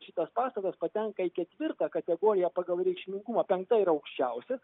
šitas pastatas patenka į ketvirtą kategoriją pagal reikšmingumą penkta yra aukščiausia